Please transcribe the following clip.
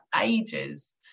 ages